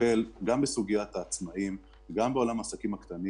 מטפל בסוגיית העצמאיים, בעולם העסקים הקטנים